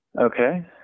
Okay